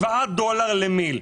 7 דולר למיליליטר.